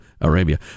Arabia